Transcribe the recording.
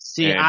See